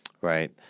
Right